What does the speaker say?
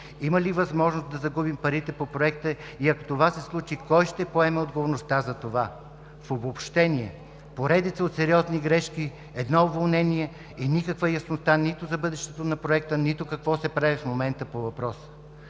Има ли възможност да загубим парите по проекта и, ако това се случи, кой ще поеме отговорността за това? В обобщение: поредица от сериозни грешки, едно уволнение и никаква яснота нито за бъдещето на проекта, нито какво се прави в момента по въпроса.